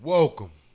Welcome